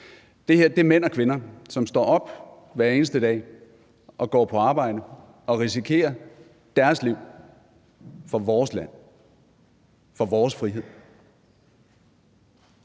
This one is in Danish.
Det her er mænd og kvinder, som står op hver eneste dag og går på arbejde og risikerer deres liv for vores land, for vores frihed.